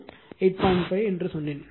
5 என்று சொன்னேன்